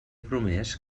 promès